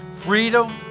Freedom